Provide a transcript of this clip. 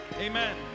Amen